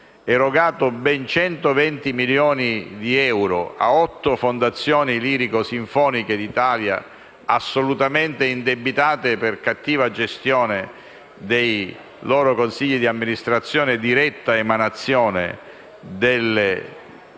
proposito - ben 120 milioni di euro a otto Fondazioni lirico sinfoniche d'Italia indebitate per cattiva gestione dei loro consigli d'amministrazione, diretta emanazione dei Comuni